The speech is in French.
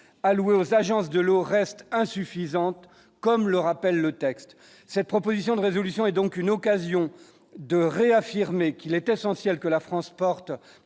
alloués aux agences de l'eau reste insuffisante, comme le rappelle le texte cette proposition de résolution et donc une occasion de réaffirmer qu'il est essentiel que la France porte